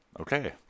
Okay